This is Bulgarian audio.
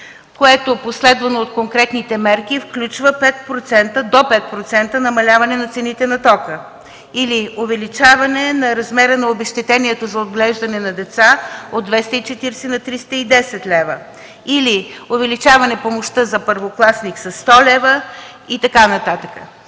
което последвано от съответните мерки включва до 5% намаляване цените на тока, или увеличаване размера на обезщетението за отглеждане на деца от 240 на 310 лв., или увеличаване помощта за първокласник със 100 лв. и така нататък.